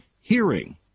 hearing